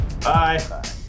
bye